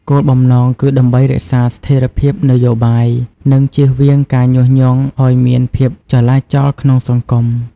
គោលបំណងគឺដើម្បីរក្សាស្ថិរភាពនយោបាយ និងជៀសវាងការញុះញង់ឱ្យមានភាពចលាចលក្នុងសង្គម។